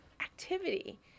activity